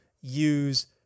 use